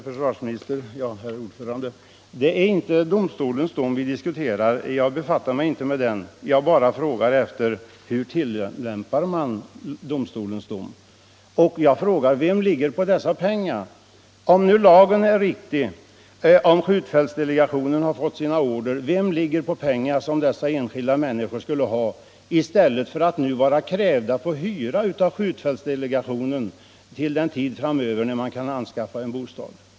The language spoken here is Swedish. Herr talman! Det är inte domstolens dom vi diskuterar. Jag befattar mig inte med den, jag bara frågar: Hur tillämpar man domstolens dom? Om nu lagen är riktig och om skjutfältsdelegationen har fått sina order, vem ligger på de pengar som dessa enskilda människor skulle ha i stället för att nu krävas på hyra av skjutfältsdelegationen till den tid framöver när man kan anskaffa en bostad?